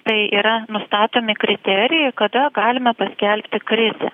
tai yra nustatomi kriterijai kada galime paskelbti krizę